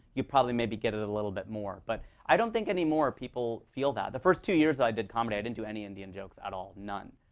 you probably maybe get it a little bit more. but i don't think, any more, people feel that. the first two years i did comedy, i didn't do any indian jokes at all none.